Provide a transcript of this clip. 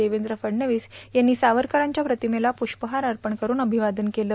देवेंद्र फडणवीस यांनी त्यांच्या प्रतिमेला पुष्पहार अर्पण करून अभिवादन केलं